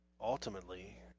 ultimately